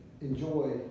enjoy